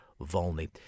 Volney